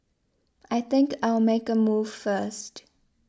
I think I'll make a move first